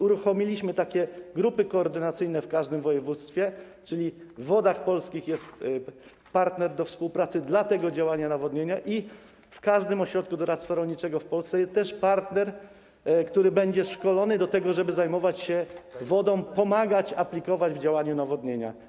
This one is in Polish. Uruchomiliśmy grupy koordynacyjne w każdym województwie, czyli w Wodach Polskich jest partner do współpracy w ramach tego działania nawodnienia i w każdym ośrodku doradztwa rolniczego w Polsce też jest partner, który będzie szkolony do tego, żeby zajmować się wodą, pomagać aplikować w zakresie nawodnienia.